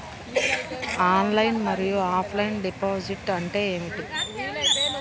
Online మరియు offline deposit అంటే ఏమిటి?